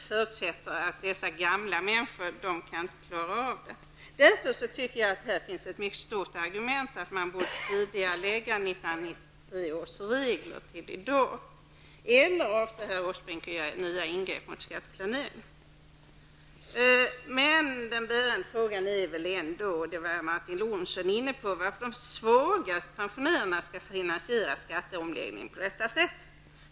Förutsätter man att dessa gamla människor inte klarar av det? Här finns det ett starkt argument för att tidigarelägga reglerna som skall träda i kraft 1993 till i dag. Eller avser herr Åsbrink att göra nya ingrepp mot skatteplaneringen? Den bärande frågan är väl ändå -- och det var även Martin Olsson inne på -- varför de svagaste pensionärerna skall finansiera skatteomläggningen på detta sätt.